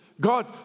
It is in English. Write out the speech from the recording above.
God